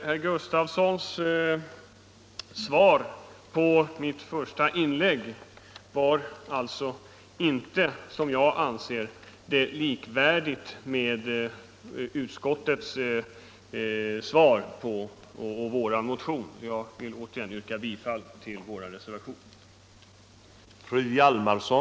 Herr Gustavssons svar på mitt första inlägg var enligt min mening inte likvärdigt med utskottets svar på vår motion. Jag vidhåller mitt yrkande om bifall till reservationen.